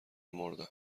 مردم